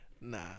Nah